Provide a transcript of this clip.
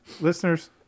listeners